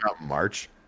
March